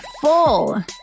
full